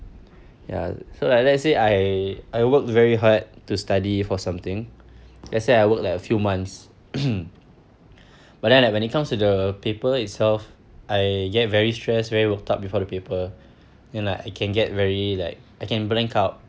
ya so like let's say I I worked very hard to study for something say I work like a few months but then like when it comes to the paper itself I get very stressed very worked up before the paper and like I can get very like I can blank out